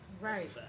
right